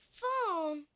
Phone